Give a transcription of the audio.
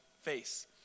face